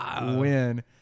win